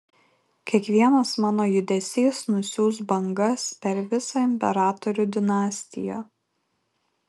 kiekvienas mano judesys nusiųs bangas per visą imperatorių dinastiją